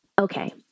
Okay